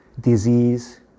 disease